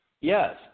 Yes